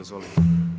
Izvolite.